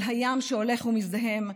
של הים שהולך ומזדהם,